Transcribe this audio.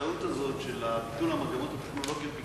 הטעות הזאת של ביטול המגמות הטכנולוגיות-המקצועיות